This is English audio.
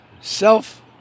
self